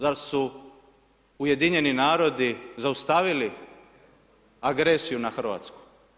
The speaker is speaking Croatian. Zar su Ujedinjeni narodi zaustavili agresiju na Hrvatsku?